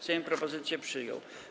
Sejm propozycję przyjął.